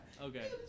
Okay